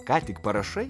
ką tik parašai